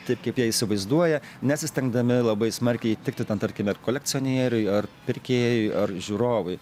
taip kaip jie įsivaizduoja nesistengdami labai smarkiai įtikti ten tarkime ar kolekcionieriui ar pirkėjui ar žiūrovui